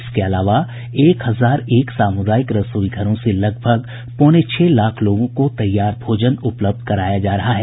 इसके अलावा एक हजार एक सामुदायिक रसोई घरों से लगभग पौने छह लाख लोगों को तैयार भोजन उपलब्ध कराया जा रहा है